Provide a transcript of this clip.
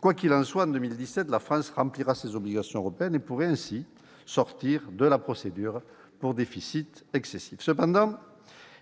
Quoi qu'il en soit, en 2017, la France remplira ses obligations européennes et pourrait ainsi sortir de la procédure pour déficit excessif. Cependant,